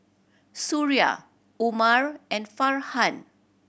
Suria Umar and Farhan